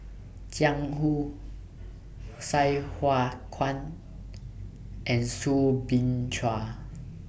Jiang Hu Sai Hua Kuan and Soo Bin Chua